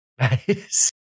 Nice